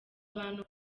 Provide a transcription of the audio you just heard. abantu